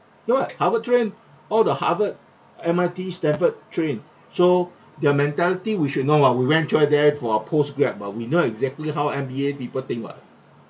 ya [what] harvard-trained all the harvard M_I_T stanford-trained so their mentality we should know [what] we went through that for our post-grad uh we know exactly how M_B_A people think [what]